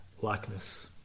likeness